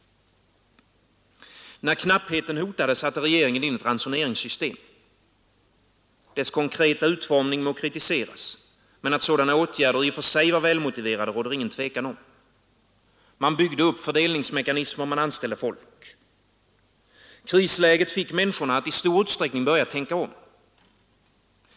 När knappheten hotade satte regeringen in ett ransoneringssystem. Dess konkreta utformning må kritiseras, men att sådana åtgärder i och för sig var välmotiverade råder ingen tvekan om. Man byggde upp fördelningsmekanismer, man anställde folk. Krisläget fick människorna att i stor utsträckning börja tänka om.